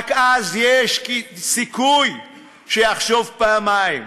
רק אז יש סיכוי שיחשוב פעמיים.